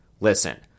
Listen